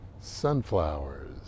sunflowers